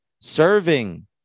serving